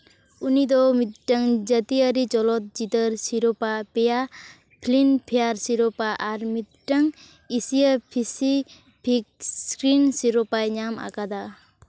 ᱩᱱᱤᱫᱚ ᱢᱤᱫᱴᱟᱝ ᱡᱟᱹᱛᱤᱭᱟᱹᱨᱤ ᱪᱚᱞᱚᱛ ᱪᱤᱛᱟᱹᱨ ᱥᱤᱨᱚᱯᱟᱹ ᱯᱮᱭᱟ ᱯᱷᱤᱞᱤᱢ ᱯᱷᱮᱭᱟᱨ ᱥᱤᱨᱳᱯᱟ ᱟᱨ ᱢᱤᱫᱴᱟᱝ ᱮᱥᱤᱭᱟ ᱯᱮᱥᱤᱯᱷᱤᱠ ᱥᱠᱨᱤᱱ ᱥᱤᱨᱳᱯᱟᱭ ᱧᱟᱢ ᱟᱠᱟᱫᱟ